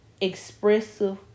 expressive